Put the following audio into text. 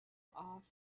off